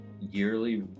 yearly